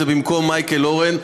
זה במקום מייקל אורן.